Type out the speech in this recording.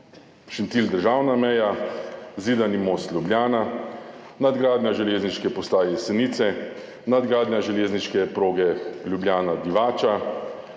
Most–Šentilj državna meja, Zidani Most–Ljubljana, nadgradnja železniške postaje Jesenice, nadgradnja železniške proge Ljubljana–Divača,